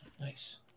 Nice